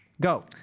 Go